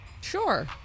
Sure